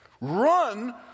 run